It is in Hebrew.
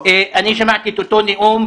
אני שמעתי את אותו נאום,